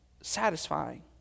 satisfying